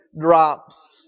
drops